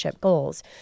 goals